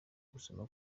gusoma